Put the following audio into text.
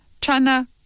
Chana